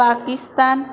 Pakistan